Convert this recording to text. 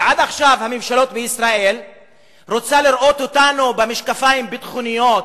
ועד עכשיו הממשלות בישראל רוצות לראות אותנו במשקפיים ביטחוניים,